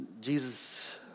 Jesus